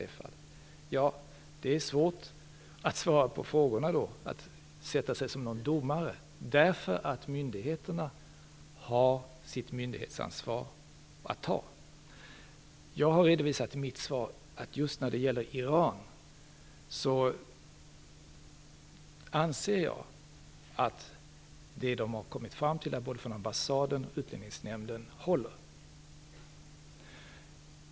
Det blir då svårt att svara på frågor och vara något slags domare. Myndigheterna har ju att ta sitt myndighetsansvar. Jag har redovisat i mitt svar att jag just när det gäller Iran anser att det man kommit fram till, både från ambassaden och från Utlänningsnämnden, håller.